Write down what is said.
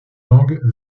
langue